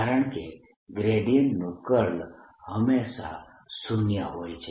કારણકે ગ્રેડિયન્ટનું કર્લ હંમેશાં શૂન્ય હોય છે